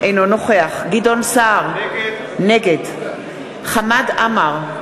אינו נוכח גדעון סער, נגד חמד עמאר,